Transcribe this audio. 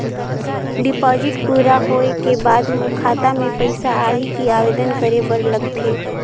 Deposit पूरा होय के बाद मोर खाता मे पइसा आही कि आवेदन करे बर लगथे?